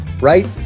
right